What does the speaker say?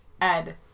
Ed